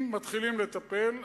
אם מתחילים לטפל,